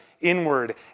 inward